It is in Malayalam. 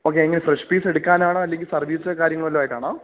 ഓക്കെ എങ്ങനെയാണ് ഫ്രെഷ് പീസെടുക്കാനാണോ അല്ലെങ്കില് സർവീസ് കാര്യങ്ങള് വല്ലതുമായിട്ടാണോ